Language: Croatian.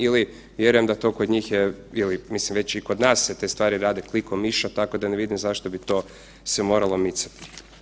Ili, vjerujem da to kod njih je, ili mislim, već i kod nas se te stvari rade klikom miša, tako da ne vidim zašto bi to se moralo micati.